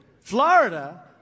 Florida